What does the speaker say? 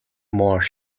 more